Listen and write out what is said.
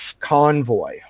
convoy